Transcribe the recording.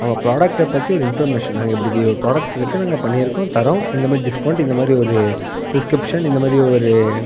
அவங்க ப்ராடெக்ட்டை பற்றி ஒரு இன்ஃபார்மேஷன் நாங்கள் எப்படி ஒரு ப்ராடெக்ட் இருக்குது நாங்கள் பண்ணியிருக்கோம் தர்றோம் இந்தமாதிரி டிஸ்கவுண்ட் இந்தமாதிரி ஒரு டிஸ்க்ரிப்ஷன் இந்தமாதிரி ஒரு